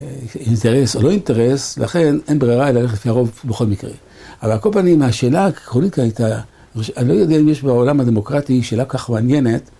אינטרס או לא אינטרס, לכן אין ברירה אלא ללכת לפי הרוב בכל מקרה. אבל על כל פנים השאלה העקרונית הייתה, אני לא יודע אם יש בעולם הדמוקרטי שאלה כל כך מעניינת.